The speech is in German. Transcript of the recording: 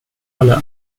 alle